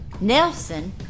Nelson